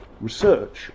research